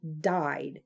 died